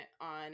on